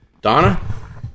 Donna